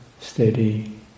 steady